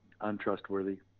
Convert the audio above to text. untrustworthy